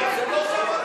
זה לא "שבתרבות",